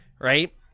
right